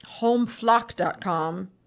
homeflock.com